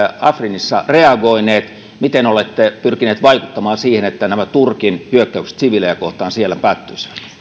afrinissa reagoineet miten olette pyrkineet vaikuttamaan siihen että nämä turkin hyökkäykset siviilejä kohtaan siellä päättyisivät